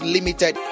Limited